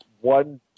one